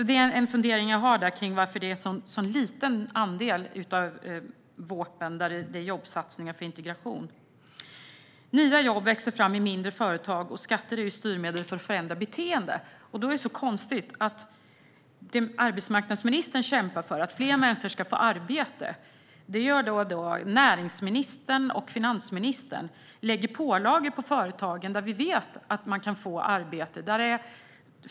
Det är en fundering jag har: Varför är det en sådan liten andel av vårpropositionen som innehåller jobbsatsningar för integration? Nya jobb växer fram i mindre företag, och skatter är styrmedel för att förändra beteende. Då är det konstigt att när arbetsmarknadsministern kämpar för att fler människor ska få arbete lägger näringsministern och finansministern pålagor på de företag där vi vet att man kan få arbete.